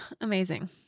amazing